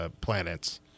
planets